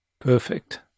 Perfect